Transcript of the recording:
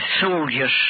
soldiers